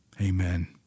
Amen